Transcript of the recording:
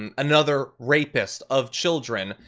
um another rapist of children.